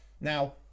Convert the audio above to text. Now